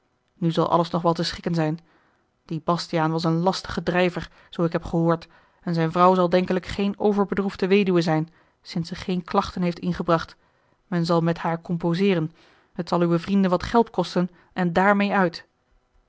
nu zal alles nog wel te schikken a l g bosboom-toussaint de delftsche wonderdokter eel ie astiaan was een lastige drijver zoo ik heb gehoord en zijne vrouw zal denkelijk geen overbedroefde weduwe zijn sinds ze geene klachten heeft ingebracht men zal met haar composeeren het zal uwen vrienden wat geld kosten en daarmeê uit